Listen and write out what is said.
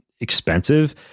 expensive